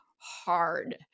hard